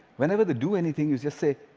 whenever they do anything, you just say,